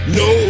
no